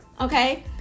okay